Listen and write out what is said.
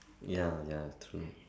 ya ya true